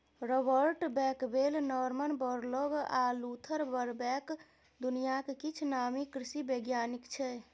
Robert Bakewell, Norman Borlaug आ Luther Burbank दुनियाक किछ नामी कृषि बैज्ञानिक छै